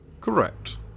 Correct